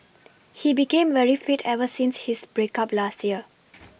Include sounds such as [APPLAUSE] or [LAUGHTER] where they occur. [NOISE] he became very fit ever since his break up last year